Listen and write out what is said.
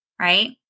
right